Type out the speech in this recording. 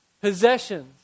possessions